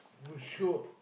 will show